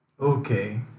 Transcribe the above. Okay